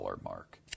mark